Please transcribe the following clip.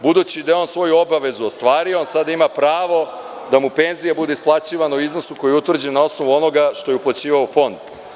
Budući da je on svoju obavezu ostvario, sada ima pravo da mu penzija bude isplaćivana u iznosu koji je utvrđen na osnovu onoga što je uplaćivao fond.